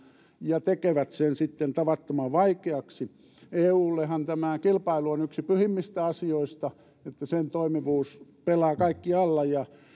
ja tekevät sen sitten tavattoman vaikeaksi eullehan tämä kilpailu on yksi pyhimmistä asioista se että sen toimivuus pelaa kaikkialla ja